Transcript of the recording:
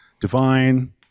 divine